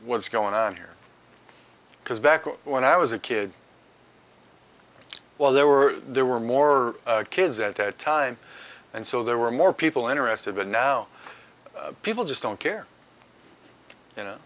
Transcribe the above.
what's going on here because back when i was a kid well there were there were more kids at a time and so there were more people interested but now people just don't care you